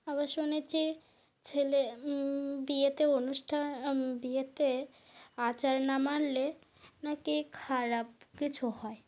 আবার শুনেছি ছেলে বিয়েতে অনুষ্ঠান বিয়েতে আচার না মানলে নাকি খারাপ কিছু হয়